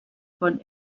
von